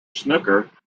snooker